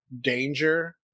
Danger